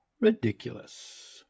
ridiculous